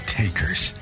takers